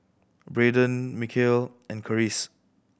Brayden Mikeal and Karis